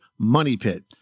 MONEYPIT